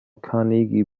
carnegie